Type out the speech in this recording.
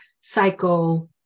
psycho-